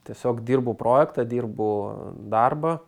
tiesiog dirbu projekte dirbu darbą